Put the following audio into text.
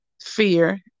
fear